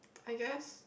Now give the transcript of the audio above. I guess